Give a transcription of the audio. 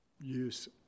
use